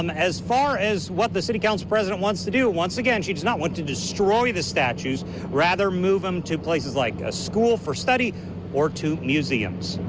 um as far as what the city council president wants to do, once again, she doesn't want to destroy the statues move them to places like a school for study or to museums.